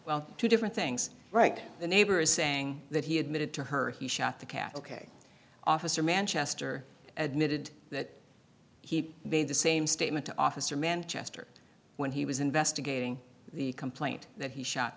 well two different things right the neighbor is saying that he admitted to her he shot the catholic officer manchester admitted that he made the same statement to officer manchester when he was investigating the complaint that he shot